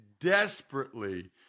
desperately